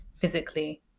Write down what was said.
physically